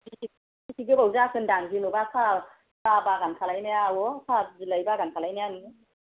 बेसे गोबाव जाखो होन्दों आं जेनेबा साहा बागान खालामनाया आब' साह बिलाइ बागान खालामनाया नोङो